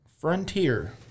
Frontier